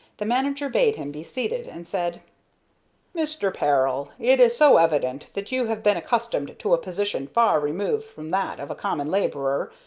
the manager bade him be seated, and said mr. peril, it is so evident that you have been accustomed to a position far removed from that of a common laborer,